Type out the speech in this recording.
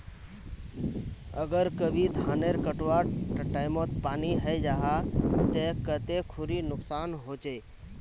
अगर कभी धानेर कटवार टैमोत पानी है जहा ते कते खुरी नुकसान होचए?